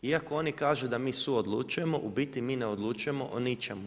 Iako oni kažu da mi suodlučujemo, u biti mi ne odlučujemo o ničemu.